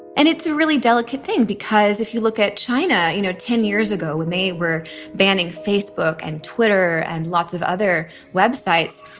and it's a really delicate thing, because if you look at china, you know, ten years ago when they were banning facebook and twitter and lots of other websites,